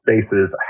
spaces